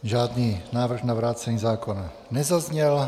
Žádný návrh na vrácení zákona nezazněl.